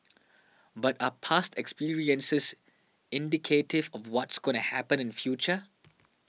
but are past experiences indicative of what's gonna happen in future